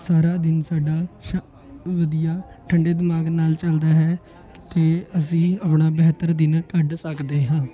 ਸਾਰਾ ਦਿਨ ਸਾਡਾ ਸ਼ ਵਧੀਆ ਠੰਡੇ ਦਿਮਾਗ ਨਾਲ ਚੱਲਦਾ ਹੈ ਅਤੇ ਅਸੀਂ ਆਪਣਾ ਬਿਹਤਰ ਦਿਨ ਕੱਢ ਸਕਦੇ ਹਾਂ